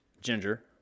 Ginger